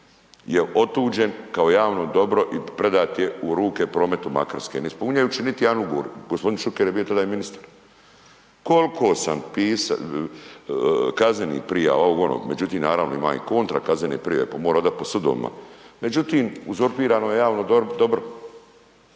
je otuđen kao javno dobro i predat je u ruke prometu Makarske ne ispunjavajući niti jedan ugovor. Gospodin Šuker je bio tada i ministar. Koliko sam pisao, kaznenih prijava, ovog onog, međutim naravno ima i kontra kaznene prijave pa moram hodati po sudovima. Međutim, uzurpirano je javno dobro,